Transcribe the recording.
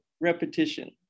repetition